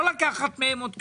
לא לקחת מהם עוד כסף.